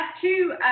two